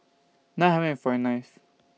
five hundred and forty ninth